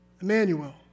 Emmanuel